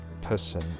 person